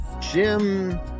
Jim